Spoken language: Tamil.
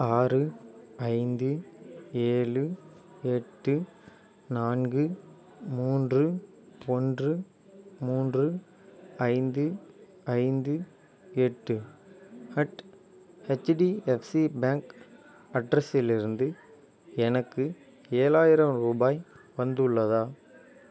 ஆறு ஐந்து ஏழு எட்டு நான்கு மூன்று ஒன்று மூன்று ஐந்து ஐந்து எட்டு அட் ஹெச்டிஎப்சி பேங்க் அட்ரஸிலிருந்து எனக்கு ஏழாயிரம் ரூபாய் வந்துள்ளதா